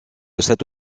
cette